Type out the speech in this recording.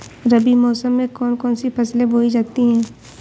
रबी मौसम में कौन कौन सी फसलें बोई जाती हैं?